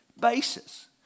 basis